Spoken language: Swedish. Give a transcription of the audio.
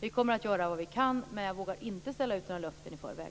Vi kommer att göra vad vi kan, men jag vågar inte ställa ut några löften i förväg.